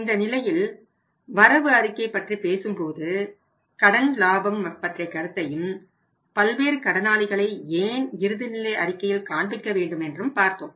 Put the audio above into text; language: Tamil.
இந்த நிலையில் வரவு அறிக்கை பற்றிப் பேசும்போது கடன் லாபம் பற்றிய கருத்தையும் பல்வேறு கடனாளிகளை ஏன் இறுதிநிலை அறிக்கையில் காண்பிக்க வேண்டும் என்றும் பார்த்தோம்